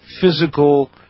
physical